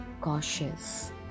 cautious